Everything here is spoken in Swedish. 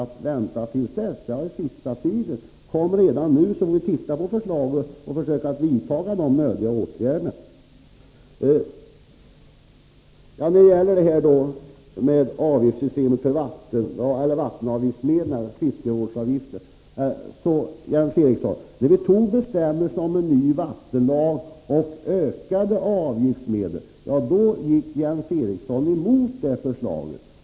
April 1984 har angetts som sista datum, men kom redan nu, så får vi titta på förslaget och försöka vidta de nödvändiga åtgärderna. Jens Eriksson tog också upp frågan om fiskeavgiftsmedlen och fiskevårdsåtgärder. När vi fattade beslutet om en ny vattenlag och ökade avgiftsmedlen gick Jens Eriksson emot det förslaget.